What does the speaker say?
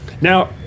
Now